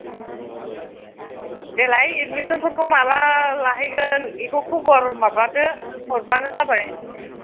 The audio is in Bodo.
देलाय एडमिसनफोरखौ माला लाहैगोन इखौ खबर माबादो हरब्लानो जाबाय